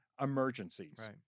emergencies